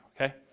okay